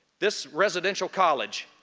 this residential college,